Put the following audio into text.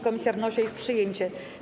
Komisja wnosi o ich przyjęcie.